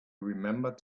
remembered